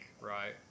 right